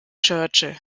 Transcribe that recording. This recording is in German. churchill